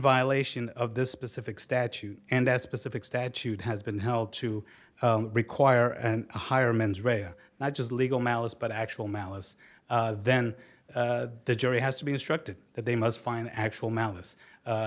violation of this specific statute and that specific statute has been held to require and hire mens rea not just legal malice but actual malice then the jury has to be instructed that they must find actual malice